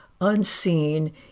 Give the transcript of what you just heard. unseen